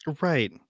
Right